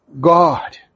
God